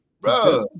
bro